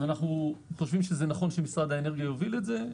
ואנחנו חושבים שזה נכון שמשרד האנרגיה יוביל את זה,